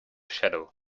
shadow